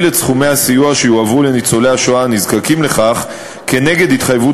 את סכומי הסיוע שיועברו לניצולי השואה הנזקקים לכך כנגד התחייבות